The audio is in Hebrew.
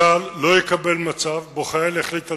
צה"ל לא יקבל מצב שבו חייל יחליט על